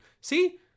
See